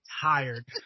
tired